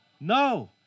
No